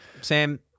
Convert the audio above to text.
Sam